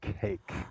cake